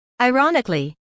Ironically